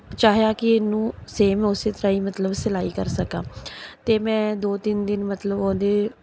ਚਾਹਿਆ ਕਿ ਇਹਨੂੰ ਸੇਮ ਉਸੇ ਤਰ੍ਹਾਂ ਹੀ ਮਤਲਬ ਸਿਲਾਈ ਕਰ ਸਕਾਂ ਅਤੇ ਮੈਂ ਦੋ ਤਿੰਨ ਦਿਨ ਮਤਲਬ ਓਹਦੇ